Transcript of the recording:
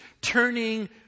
turning